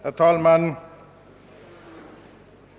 Herr talman!